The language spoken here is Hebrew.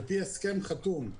על-פי הסכם חתום.